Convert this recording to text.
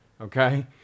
okay